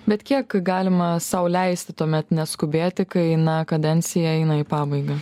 bet kiek galima sau leisti tuomet neskubėti kai na kadencija eina į pabaigą